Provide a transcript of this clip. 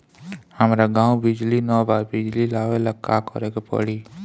हमरा गॉव बिजली न बा बिजली लाबे ला का करे के पड़ी?